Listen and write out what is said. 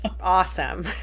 awesome